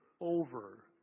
over